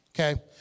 Okay